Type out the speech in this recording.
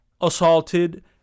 assaulted